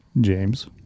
James